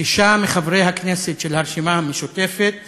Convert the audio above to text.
שישה מחברי הכנסת של הרשימה המשותפת